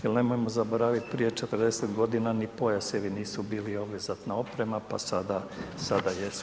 Jer nemojmo zaboravit prije 40 godina ni pojasevi nisu bili obvezatna oprema, pa sada jesu.